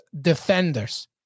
defenders